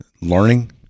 learning